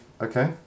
okay